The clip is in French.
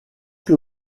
que